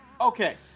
Okay